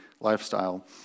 lifestyle